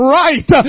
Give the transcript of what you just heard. right